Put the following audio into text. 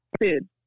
food